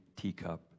teacup